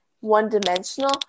one-dimensional